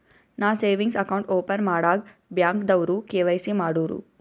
ನಾ savings account open ಮಾಡಾಗ್ ಬ್ಯಾಂಕ್ದವ್ರು ಕೆ.ವೈ.ಸಿ ಮಾಡೂರು